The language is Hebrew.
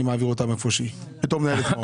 אני מעביר אותה מאיפה שהיא בתור מנהלת מעון.